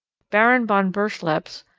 baron von berlepsch,